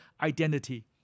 identity